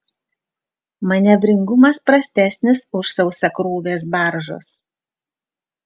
manevringumas prastesnis už sausakrūvės baržos